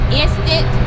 instant